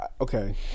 okay